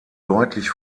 deutlich